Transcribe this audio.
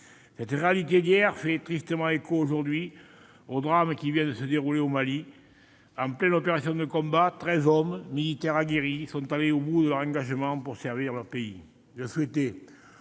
Cette réalité d'hier fait tristement écho, aujourd'hui, au drame qui vient de se dérouler au Mali. En pleine opération de combat, treize hommes, militaires aguerris, sont allés au bout de leur engagement pour servir leur pays.